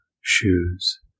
shoes